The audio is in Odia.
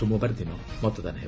ସୋମବାର ଦିନ ମତଦାନ ହେବ